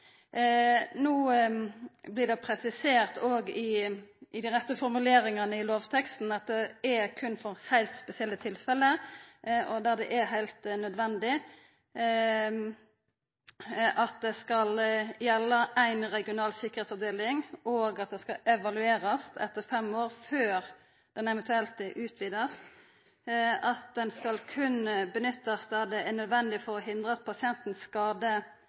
I dei rette formuleringane i lovteksten vert det òg presisert at dette berre er for heilt spesielle tilfelle og der det er heilt nødvendig, at det skal gjelda for ei regional sikkerheitsavdeling, at ein skal evaluera det etter fem år – før det eventuelt vert utvida – og at ein berre skal gjera dette når det er nødvendig for å hindra at